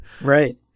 Right